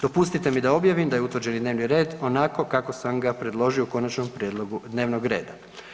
Dopustite mi da objavim da je utvrđeni dnevni red onako kako sam ga predložio u konačnom prijedlogu dnevnog reda.